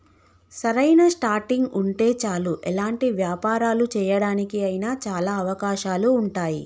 సరైన స్టార్టింగ్ ఉంటే చాలు ఎలాంటి వ్యాపారాలు చేయడానికి అయినా చాలా అవకాశాలు ఉంటాయి